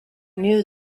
knew